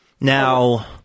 Now